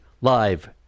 live